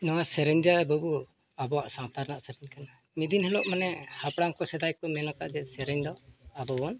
ᱱᱚᱣᱟ ᱥᱮᱨᱮᱧ ᱟᱵᱚ ᱵᱚ ᱟᱵᱚᱣᱟᱜ ᱥᱟᱶᱛᱟ ᱨᱮᱱᱟᱜ ᱠᱟᱱᱟ ᱢᱤᱫ ᱦᱤᱞᱳᱜ ᱢᱟᱱᱮ ᱦᱟᱯᱲᱟᱢ ᱠᱚ ᱥᱮᱫᱟᱭ ᱠᱚ ᱢᱮᱱ ᱟᱠᱟᱫ ᱡᱮ ᱥᱮᱨᱮᱧ ᱫᱚ ᱟᱵᱚ ᱵᱚᱱ